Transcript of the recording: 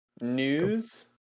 news